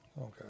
Okay